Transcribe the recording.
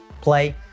play